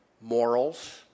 morals